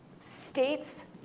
states